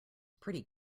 pretty